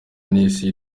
n’isi